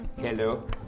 Hello